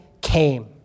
came